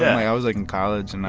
i was, like, in college, and i.